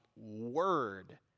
word